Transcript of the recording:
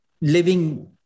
living